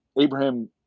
Abraham